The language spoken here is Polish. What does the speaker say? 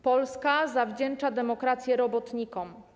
Polska zawdzięcza demokrację robotnikom.